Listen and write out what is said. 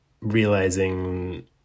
realizing